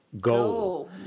Goal